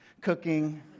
Cooking